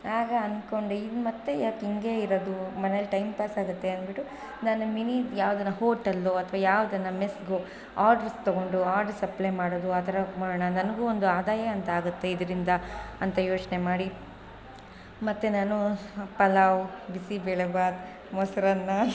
ಆಗ ಅನ್ಕೊಂಡೆ ಇನ್ನು ಮತ್ತು ಯಾಕೆ ಹಿಂಗೇ ಇರೋದು ಮನೆಯಲ್ಲಿ ಟೈಮ್ ಪಾಸ್ ಆಗುತ್ತೆ ಅನ್ಬಿಟ್ಟು ನಾನು ಮಿನಿ ಯಾವ್ದನ ಹೋಟೆಲ್ಲೋ ಅಥ್ವಾ ಯಾವ್ದನ ಮೆಸ್ಗೋ ಆರ್ಡರ್ಸ್ ತೊಗೊಂಡೋ ಆರ್ಡರ್ ಸಪ್ಲೈ ಮಾಡೋದು ಆ ಥರ ಮಾಡೋಣ ನನಗೂ ಒಂದು ಆದಾಯ ಅಂತ ಆಗುತ್ತೆ ಇದರಿಂದ ಅಂತ ಯೋಚನೆ ಮಾಡಿ ಮತ್ತು ನಾನು ಪಲಾವ್ ಬಿಸಿಬೇಳೆಭಾತ್ ಮೊಸರನ್ನ